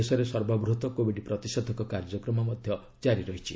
ଦେଶରେ ସର୍ବବୃହତ କୋବିଡ୍ ପ୍ରତିଷେଧକ କାର୍ଯ୍ୟକ୍ରମ ଜାରି ରହିଛି